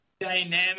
dynamic